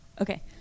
Okay